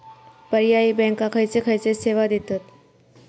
पर्यायी बँका खयचे खयचे सेवा देतत?